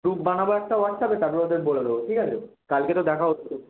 group বানাবো একটা হোয়াটস্যাপে তারপরে ওদের বলে দেবো ঠিক আছে কালকে তো দেখা হচ্ছেই